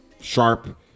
sharp